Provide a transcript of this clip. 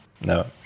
No